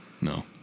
No